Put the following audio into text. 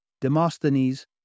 Demosthenes